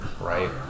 right